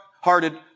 hearted